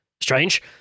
strange